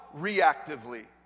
reactively